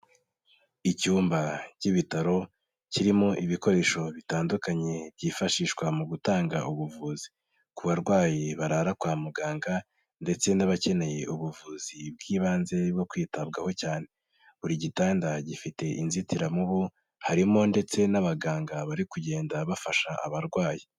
Icyumba k'ibitaro kirimo ibikoresho bitandukanye byifashishwa mu gutanga ubuvuzi ku barwayi barara kwa muganga ndetse n'abakeneye ubuvuzi bw'ibanze bwo kwitabwaho cyane. Buri gitanda gifite inzitiramubu harimo ndetse n'abaganga bari kugenda bafasha abarwayi.